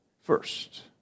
first